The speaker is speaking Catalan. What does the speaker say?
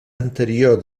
anterior